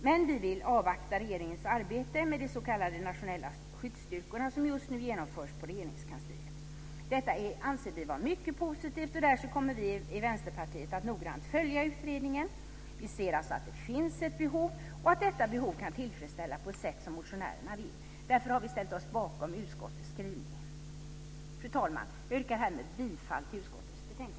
Vi vill dock avvakta det regeringsarbete med de s.k. nationella skyddsstyrkor som just nu genomförs i Regeringskansliet. Detta anser vi nämligen vara mycket positivt. Därför kommer vi i Vänsterpartiet att noga följa utredningen. Vi ser alltså att det finns ett behov och att detta behov kan tillfredsställas på det sätt som motionärerna vill. Därför har vi ställt oss bakom utskottets skrivning. Fru talman! Jag yrkar härmed bifall till utskottets förslag i betänkandet.